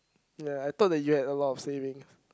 ya I thought that you had a lot of savings